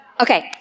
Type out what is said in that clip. Okay